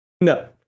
no